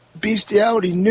bestiality